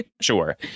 Sure